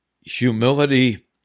humility